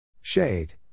Shade